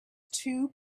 two